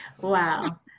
wow